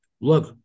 look